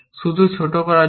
শুধু ছোট করার জন্য